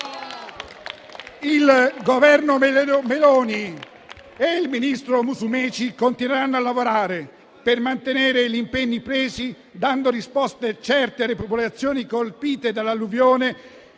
Il Governo Meloni e il ministro Musumeci continueranno a lavorare per mantenere gli impegni presi, dando risposte certe alle popolazioni colpite dall'alluvione